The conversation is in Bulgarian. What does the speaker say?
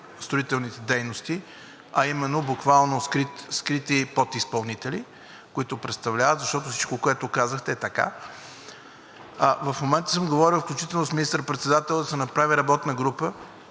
строителните дейности, а именно буквално скрити подизпълнители, които представляват, защото всичко, което казахте, е така. В момента съм говорил включително и с министър председателя да се направи работна група,